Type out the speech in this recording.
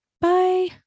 Bye